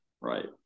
Right